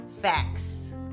Facts